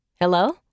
Hello